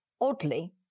oddly